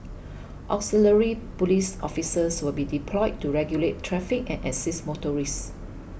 auxiliary police officers will be deployed to regulate traffic and assist motorists